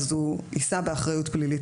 אז הוא יישא באחריות פלילית.